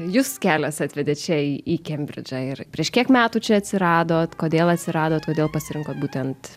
jus kelias atvedė čia į kembridžą ir prieš kiek metų čia atsiradot kodėl atsiradot kodėl pasirinkot būtent